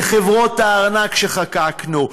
לחברות הארנק שחוקקנו,